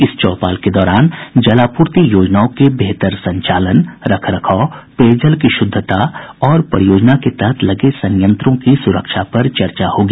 इस चौपाल के दौरान जलापूर्ति योजनाओं के बेहतर संचालन रख रखाव पेयजल की शुद्धता और परियोजना के तहत लगे संयंत्रों को सुरक्षा पर चर्चा होगी